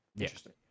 interesting